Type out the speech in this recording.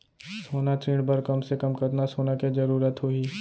सोना ऋण बर कम से कम कतना सोना के जरूरत होही??